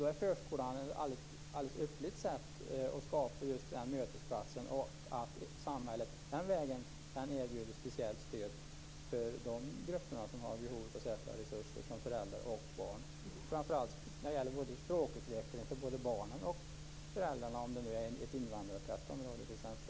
Då är den öppna förskolan ett ypperligt sätt att skapa en mötesplats. Då kan samhället erbjuda speciellt stöd den vägen för de grupper som har behov av särskilda resurser som föräldrar och barn. Det kan t.ex. gälla språkutveckling för både barn och föräldrar om det är ett invandrartätt område.